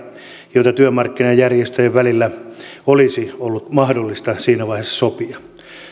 joita työmarkkinajärjestöjen välillä olisi ollut mahdollista siinä vaiheessa sopia